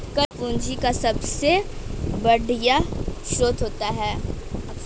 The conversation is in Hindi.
कर पूंजी का सबसे बढ़िया स्रोत होता है